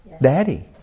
daddy